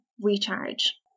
recharge